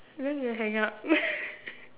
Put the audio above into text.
I'm going to hang up